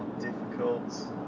difficult